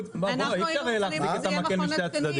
אי אפשר להחזיק את המקל משני קצותיו.